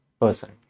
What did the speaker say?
person